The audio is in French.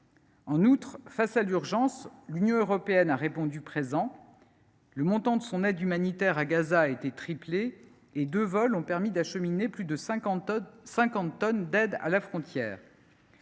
En outre, face à l’urgence, l’Union européenne a répondu présent : le montant de son aide humanitaire à Gaza a été triplé et deux vols ont permis d’acheminer plus de cinquante tonnes d’aide à la frontière.